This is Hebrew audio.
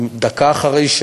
דקה אחרי,